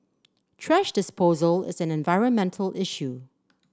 thrash disposal is an environmental issue